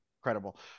incredible